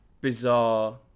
bizarre